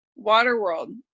Waterworld